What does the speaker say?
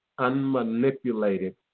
unmanipulated